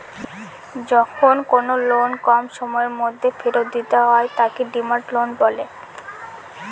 যখন কোনো লোন কম সময়ের মধ্যে ফেরত দিতে হয় তাকে ডিমান্ড লোন বলে